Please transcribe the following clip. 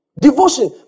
Devotion